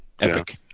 epic